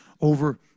over